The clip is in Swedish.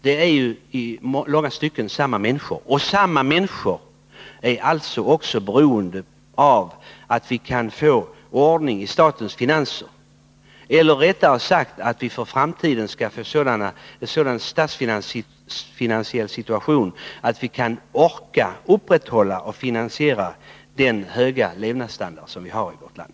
Det rör sig alltså i långa stycken om samma människor, och dessa människor är beroende av att vi kan få ordning i statens finanser eller rättare sagt att vi i framtiden får en sådan statsfinansiell situation att vi orkar finansiera upprätthållandet av den höga levnadsstandarden i vårt land.